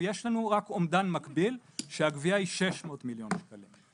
יש לנו רק אומדן מקביל שהגבייה היא 600 מיליון שקלים.